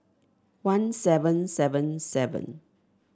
one seven seven seven